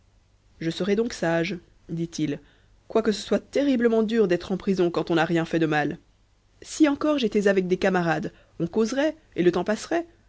je serai donc sage dit-il quoique ce soit terriblement dur d'être en prison quand on n'a rien fait de mal si encore j'étais avec des camarades on causerait et le temps passerait